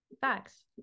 facts